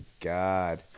God